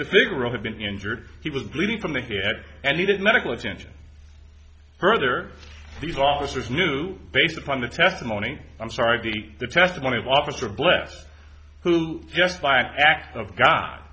mr figaro have been injured he was bleeding from the head and needed medical attention further these officers knew based upon the testimony i'm sorry the the testimony of officer blessed who just by an act of god